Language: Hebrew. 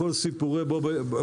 הכול סיפורים.